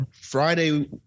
Friday